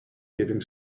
giving